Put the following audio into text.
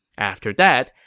after that,